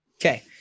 Okay